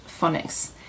phonics